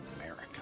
America